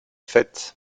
fête